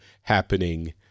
happening